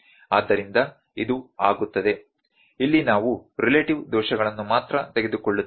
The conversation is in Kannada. ಆದ್ದರಿಂದ ಇದು ಆಗುತ್ತದೆ ಇಲ್ಲಿ ನಾವು ರಿಲೇಟಿವ್ ದೋಷಗಳನ್ನು ಮಾತ್ರ ತೆಗೆದುಕೊಳ್ಳುತ್ತೇವೆ